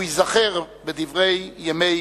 הוא ייזכר בדברי ימי